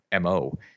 MO